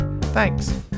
Thanks